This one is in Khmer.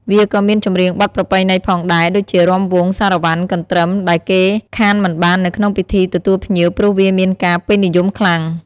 វាក៏មានចម្រៀងបទប្រពៃណីផងដែរដូចជារាំវង់ សារ៉ាវ៉ាន់ កន្រ្ទឹម ដែលគេខានមិនបាននៅក្នុងពិធីទទួលភ្ញៀវព្រោះវាមានការពេញនិយមខ្លាំង។